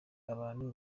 abantu